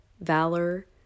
valor